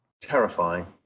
terrifying